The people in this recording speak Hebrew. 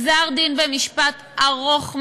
גזר דין במשפט ארוך מאוד,